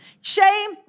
Shame